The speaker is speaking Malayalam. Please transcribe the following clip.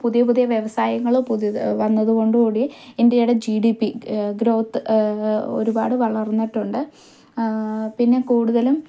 പുതിയ പുതിയ വ്യവസായങ്ങളും പുതിയതു വന്നതുകൊണ്ടു കൂടി ഇന്ത്യയുടെ ജി ഡി പി ഗ്രോത്ത് ഒരുപാട് വളർന്നിട്ടുണ്ട് പിന്നെ കൂടുതലും